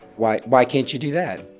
why why can't you do? that.